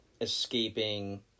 escaping